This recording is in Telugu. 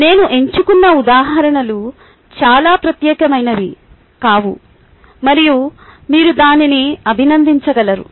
నేను ఎంచుకున్న ఉదాహరణలు చాలా ప్రత్యేకమైనవి కావు మరియు మీరు దానిని అభినందించగలరు